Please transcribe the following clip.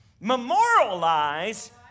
memorialize